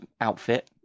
outfit